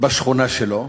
בשכונה שלו.